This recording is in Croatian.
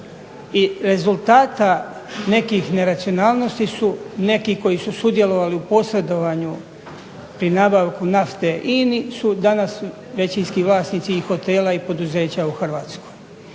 i rezultata nekih neracionalnosti su neki koji su sudjelovali u posredovanju pri nabavke nafte INA-i su danas većinski vlasnici i hotela i poduzeća u Hrvatskoj.